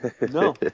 No